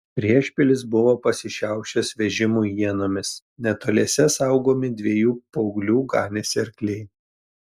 priešpilis buvo pasišiaušęs vežimų ienomis netoliese saugomi dviejų paauglių ganėsi arkliai